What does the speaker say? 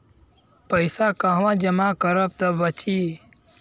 पैसा कहवा जमा करब त बची?